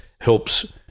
helps